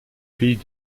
pays